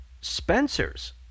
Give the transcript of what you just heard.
Spencer's